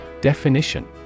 Definition